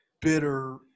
bitter